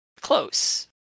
close